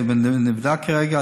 נבדק כרגע,